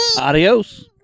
Adios